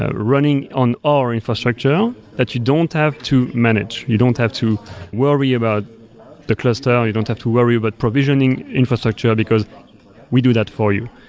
ah running on our infrastructure that you don't have to manage, you don't have to worry about the cluster, or you don't have to worry about but provisioning infrastructure, because we do that for you.